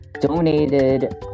donated